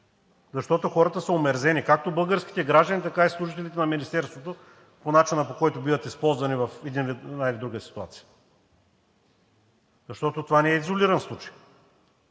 защото хората са омерзени – както българските граждани, така и служителите на Министерството по начина, по който биват използвани в една или друга ситуация. Защото това не е изолиран случай.